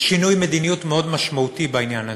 שינוי מדיניות מאוד משמעותי בעניין הזה.